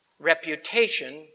Reputation